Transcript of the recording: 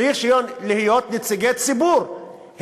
צריכים להיות נציגי ציבור.